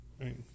right